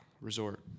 resort